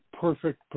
perfect